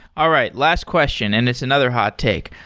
all right, last question, and it's another hot take.